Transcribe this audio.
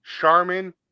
Charmin